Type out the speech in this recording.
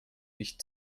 nicht